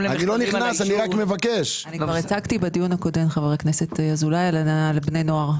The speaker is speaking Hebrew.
למחקרים על העישון- - הצגתי בדיון הקודם על בני נוער.